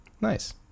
nice